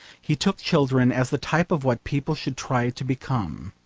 he took children as the type of what people should try to become.